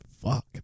Fuck